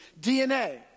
DNA